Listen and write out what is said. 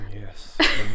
yes